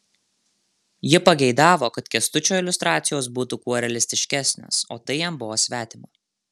ji pageidavo kad kęstučio iliustracijos būtų kuo realistiškesnės o tai jam buvo svetima